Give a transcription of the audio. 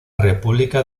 república